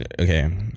Okay